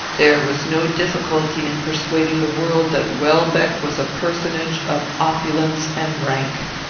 there was no difficulty in persuading the world that welbeck was a personage of opulence and rank.